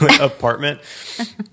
apartment